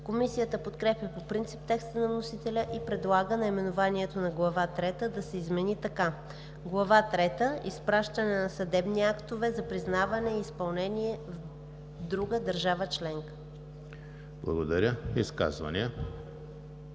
Комисията подкрепя по принцип текста на вносителя и предлага наименованието на Глава трета да се измени така: „Глава трета – Изпращане на съдебни актове за признаване и изпълнение в друга държава членка“. ПРЕДСЕДАТЕЛ